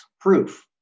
proof